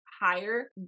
higher